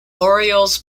orioles